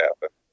happen